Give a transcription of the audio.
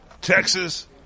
Texas